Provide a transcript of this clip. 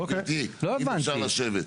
בבקשה.